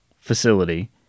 facility